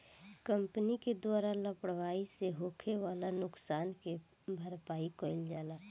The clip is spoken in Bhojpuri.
कंपनी के द्वारा लापरवाही से होखे वाला नुकसान के भरपाई कईल जाला